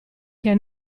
che